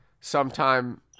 sometime